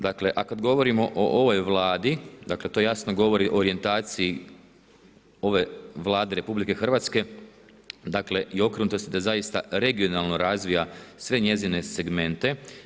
Dakle a kad govorim o ovoj vladi, dakle to jasno govori o orijentaciji ove vlade RH, dakle da zaista regionalno razvija sve njezine segmente.